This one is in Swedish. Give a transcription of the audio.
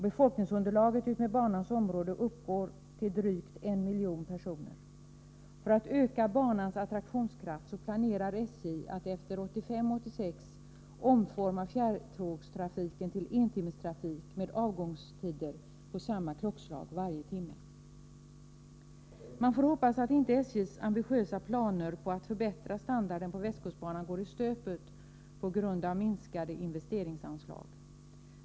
Befolkningsunderlaget utmed banans område uppgår till drygt en miljon personer. För att öka banans attraktionskraft planerar SJ att efter 1985-1986 omforma fjärrtågstrafiken till entimmestrafik med avgångstider på samma klockslag varje timme. Man får hoppas att inte SJ:s ambitiösa planer på att förbättra standarden på västkustbanan går i stöpet på grund av minskade investeringsanslag.